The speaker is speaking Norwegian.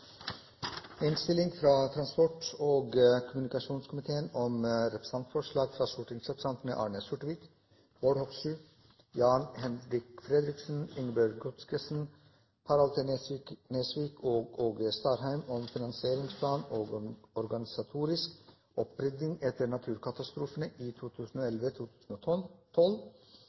innstilling til I og II og forslag nr. 1, fra Arbeiderpartiet, Senterpartiet og Sosialistisk Venstreparti, som lyder: «Dokument 8:49 S – representantforslag frå stortingsrepresentantene Arne Sortevik, Bård Hoksrud, Jan-Henrik Fredriksen, Ingebjørg Godskesen, Harald T. Nesvik og Åge Starheim om finansieringsplan og organisatorisk opprydning etter naturkatastrofene